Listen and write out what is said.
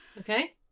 Okay